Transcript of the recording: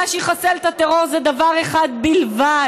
מה שיחסל את הטרור זה דבר אחד בלבד,